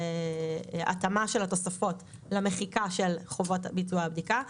התאמה של התוספות למחיקה של חובות ביצוע הבדיקה.